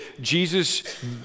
Jesus